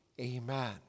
Amen